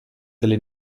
delle